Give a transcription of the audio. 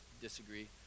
disagree